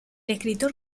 escritor